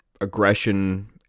aggression